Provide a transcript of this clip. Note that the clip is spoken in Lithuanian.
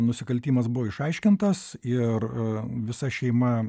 nusikaltimas buvo išaiškintas ir visa šeima